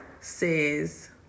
says